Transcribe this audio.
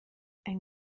ein